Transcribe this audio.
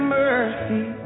mercy